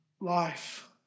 life